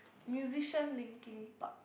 musician Linkin-Park